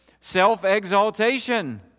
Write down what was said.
Self-exaltation